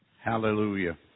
hallelujah